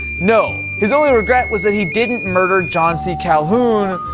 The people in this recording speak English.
no, his only regret was that he didn't murder john c. calhoun,